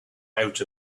out